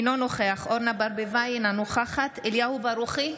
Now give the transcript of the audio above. אינו נוכח אורנה ברביבאי, אינה נוכחת אליהו ברוכי,